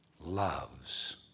loves